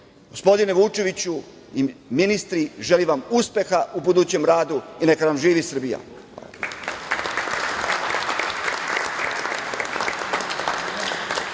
tutorišu. Gospodine Vučeviću i ministri, želim vam uspeha u budućem radu i neka nam živi Srbija.